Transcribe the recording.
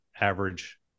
average